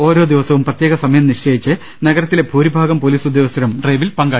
ഓരോ ദിവസവും പ്രത്യേക സമയം നിശ്ചയിച്ച് നഗരത്തിലെ ഭൂരിഭാഗം പൊലിസ് ഉദ്യോഗസ്ഥരും ഡ്രൈപിൽ പങ്കാളികളാകും